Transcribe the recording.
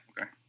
okay